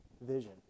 vision